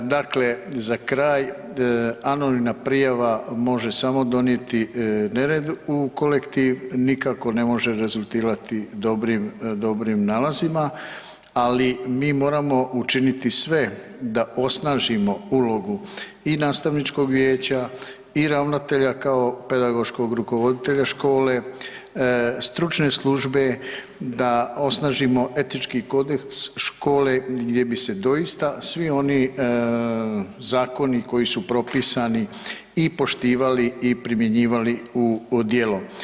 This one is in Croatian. Dakle, za kraj, anonimna prijava može samo donijeti nered u kolektiv, nikako ne može rezultirati dobrim nalazima, ali mi moramo učiniti sve da osnažimo ulogu i nastavničkog vije a i ravnatelja kao pedagoškog rukovoditelja škole, stručne službe da osnažimo etički kodeks škole, gdje bi se doista svi oni zakoni koji su propisani i poštivali i primjenjivali u djelo.